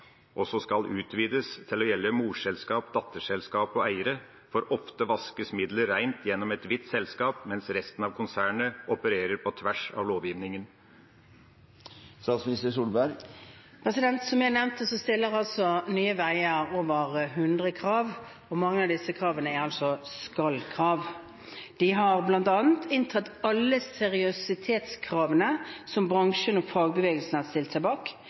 også skal utvides til å gjelde morselskap, datterselskap og eiere. For ofte vaskes middelet rent gjennom et hvitt selskap, mens resten av konsernet opererer på tvers av lovgivningen. Som jeg nevnte, stiller Nye Veier over 100 krav. Mange av disse kravene er skal-krav. De har bl.a. tatt inn alle seriøsitetskravene som bransjen og fagbevegelsen har stilt seg bak.